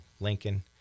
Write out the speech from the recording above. Lincoln